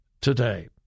today